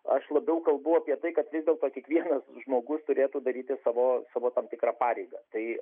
aš labiau kalbu apie tai kad vis dėlto kiekvienas žmogus turėtų daryti savo savo tam tikrą pareigą tai